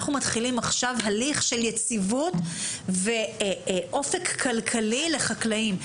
אנחנו מתחילים עכשיו הליך של יציבות ואופק כלכלי לחקלאים.